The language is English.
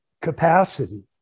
capacity